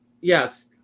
Yes